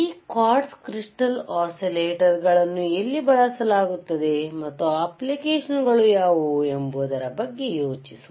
ಆದ್ದರಿಂದ ಈ quartz crystal ಒಸಿಲೇಟಾರ್ಗಳನ್ನು ಎಲ್ಲಿ ಬಳಸಲಾಗುತ್ತದೆ ಮತ್ತು ಅಪ್ಲಿಕೇಶನ್ ಗಳು ಯಾವುವು ಎಂಬುದರ ಬಗ್ಗೆ ಯೋಚಿಸಿ